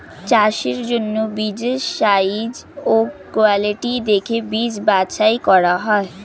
চাষের জন্য বীজের সাইজ ও কোয়ালিটি দেখে বীজ বাছাই করা হয়